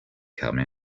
come